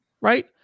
right